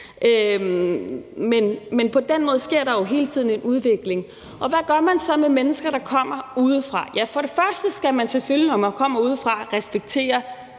men på den måde sker der jo hele tiden en udvikling. Hvad gør man så med mennesker, der kommer udefra? Ja, først og fremmest skal man, når man kommer udefra, selvfølgelig